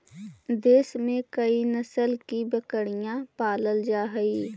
देश में कई नस्ल की बकरियाँ पालल जा हई